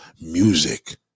music